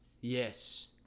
Yes